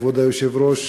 כבוד היושב-ראש,